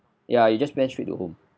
ya it just went straight to home